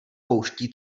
pouští